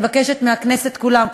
אני מבקשת מהכנסת כולה,